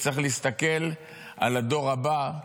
צריך להסתכל על הדור הבא.